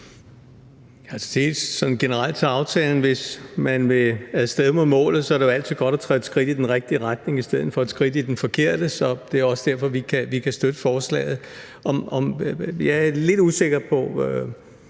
generelt med en aftale, at hvis man vil af sted mod målet, er det jo altid godt at træde et skridt i den rigtige retning i stedet for et skridt i den forkerte, så det er også derfor, vi kan støtte forslaget. Jeg er lidt usikker på,